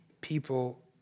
people